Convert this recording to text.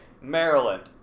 Maryland